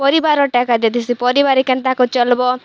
ପରିବାର୍ଟା ଏକା ଦେଦିସି ପରିବାରେ କେନ୍ତା କରି ଚଲ୍ବ